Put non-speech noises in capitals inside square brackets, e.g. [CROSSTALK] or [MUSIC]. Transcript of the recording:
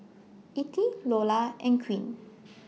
Ettie Lola and Queen [NOISE]